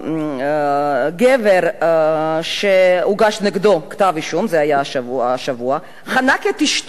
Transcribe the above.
גבר שהוגש נגדו כתב-אישום חנק את אשתו,